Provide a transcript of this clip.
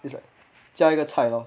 it's 加一个菜 lor